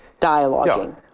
dialoguing